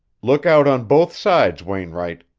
look out on both sides, wainwright,